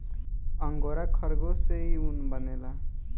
angora खरगोश से इ ऊन बनेला